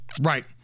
Right